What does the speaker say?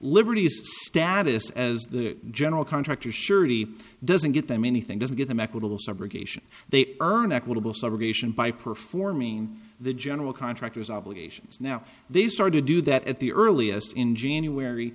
liberty is status as the general contractor surety doesn't get them anything doesn't give them equitable subrogation they earn equitable subrogation by performing the general contractors obligations now they start to do that at the earliest in january